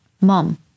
Mom